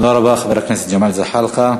תודה רבה לחבר הכנסת ג'מאל זחאלקה.